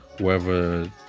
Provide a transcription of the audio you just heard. wherever